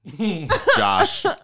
Josh